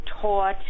taught